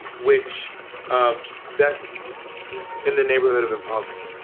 which um deaths in the neighborhood of impossible? i